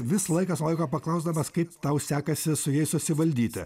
vis laikas nuo laiko paklausdamas kaip tau sekasi su jais susivaldyti